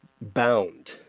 bound